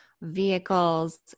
vehicles